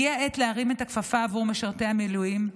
הגיעה העת להרים את הכפפה בעבור משרתי המילואים,